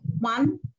one